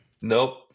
Nope